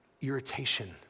irritation